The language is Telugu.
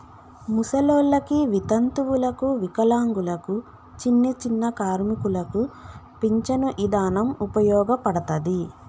ముసలోల్లకి, వితంతువులకు, వికలాంగులకు, చిన్నచిన్న కార్మికులకు పించను ఇదానం ఉపయోగపడతది